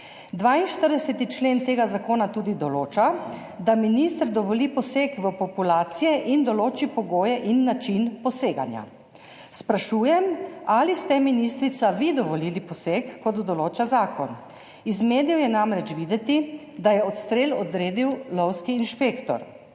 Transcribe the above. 42. člen tega zakona tudi določa, da minister dovoli poseg v populacije in določi pogoje in način poseganja. Sprašujem vas: Ali ste vi, ministrica, dovolili poseg, kot določa zakon? Iz medijev je namreč videti, da je odstrel odredil lovski inšpektor.